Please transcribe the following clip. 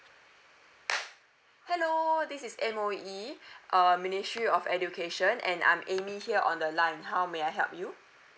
hello this is M_O_E uh ministry of education and I'm amy here on the line how may I help you